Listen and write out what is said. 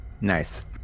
Nice